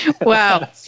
wow